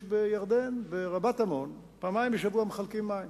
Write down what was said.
בירדן: ברבת-עמון פעמיים בשבוע מחלקים מים.